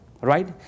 Right